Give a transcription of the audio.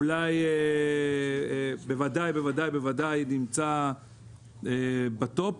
הוא בוודאי נמצא בטופ.